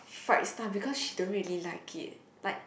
fried stuff because she don't really like it like